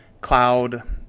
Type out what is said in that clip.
Cloud